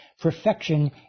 Perfection